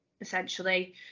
essentially